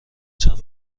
چند